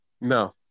No